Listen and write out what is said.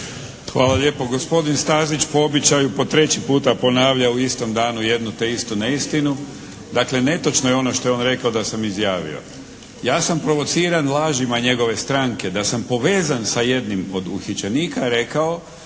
Hvala lijepo. Gospodin Stazić po običaju po treći puta ponavlja u istom danu jednu te istu neistinu. Dakle netočno je ono što je on rekao da sam izjavio. Ja sam provociran lažima njegove stranke da sam povezan sa jednim od uhićenika rekao